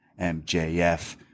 MJF